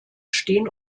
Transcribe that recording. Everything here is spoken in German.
stehen